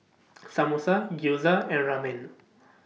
Samosa Gyoza and Ramen